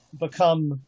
become